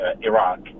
Iraq